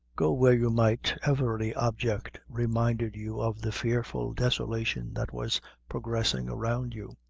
go where you might, every object reminded you of the fearful desolation that was progressing around you.